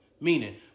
Meaning